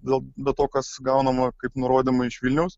dėl bet ko kas gaunama kaip nurodymai iš vilniaus